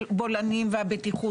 הריחוק